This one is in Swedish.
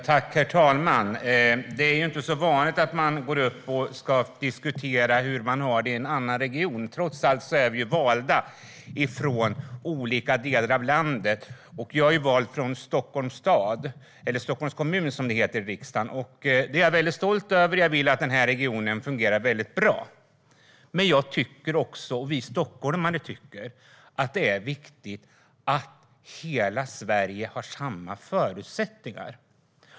Herr talman! Det är inte så vanligt att gå upp i debatten och diskutera hur man har det i en annan region. Trots allt är vi valda från olika delar av landet. Jag är vald från Stockholms stad, eller Stockholms kommun som det heter i riksdagen. Det är jag väldigt stolt över. Jag vill att den regionen fungerar väldigt bra. Men jag och vi stockholmare tycker också att det är viktigt att hela Sverige har samma förutsättningar.